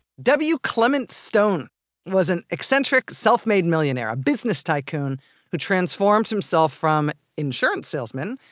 w. clement stone was an eccentric, self-made millionaire. a business tycoon who transformed himself from insurance salesman,